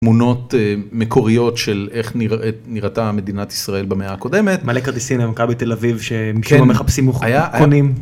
תמונות מקוריות של איך נראית נראתה מדינת ישראל במאה הקודמת. מלא כרטיסים למכבי תל אביב שמחפשים מוכנים, קונים.